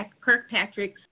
Kirkpatrick